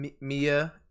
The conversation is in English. Mia